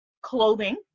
clothing